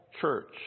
church